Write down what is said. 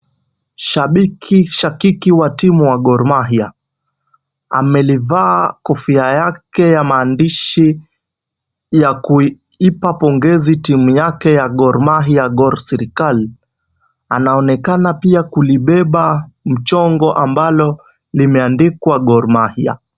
Shabiki shakiki wa timu wa Gor Mahia, amelivaa kofia yake ya maandishi ya kuipa pongezi timu yake ya Gor Mahia Gor Serikal. Anaonekana pia kulibeba mchongo ambalo limeandikwa Gor Mahia.